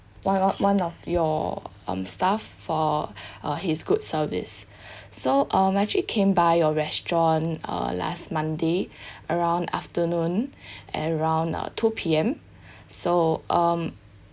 one one of your um staff for uh his good service so I actually came by your restaurant uh last monday around afternoon at around uh two P_M so um